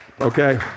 Okay